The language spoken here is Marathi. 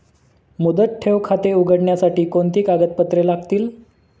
मुदत ठेव खाते उघडण्यासाठी कोणती कागदपत्रे लागतील?